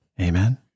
Amen